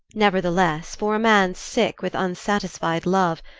nevertheless, for a man sick with unsatisfied love,